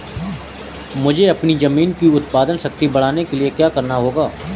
मुझे अपनी ज़मीन की उत्पादन शक्ति बढ़ाने के लिए क्या करना होगा?